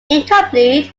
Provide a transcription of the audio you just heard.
incomplete